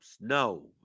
No